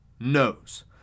knows